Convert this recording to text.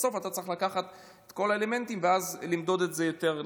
ובסוף אתה צריך לקחת את כל האלמנטים ואז למדוד את זה יותר נכון.